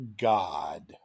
God